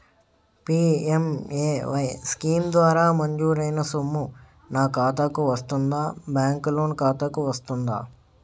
PMAY scheme ద్వారా మంజూరైన సొమ్ము నా ఖాతా కు వస్తుందాబ్యాంకు లోన్ ఖాతాకు వస్తుందా?